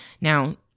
now